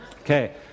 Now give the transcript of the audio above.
Okay